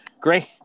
Great